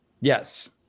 Yes